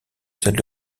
celle